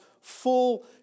full